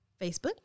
Facebook